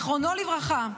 זיכרונו לברכה,